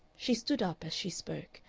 she stood up as she spoke,